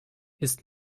ist